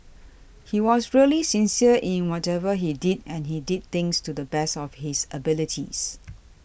he was really sincere in whatever he did and he did things to the best of his abilities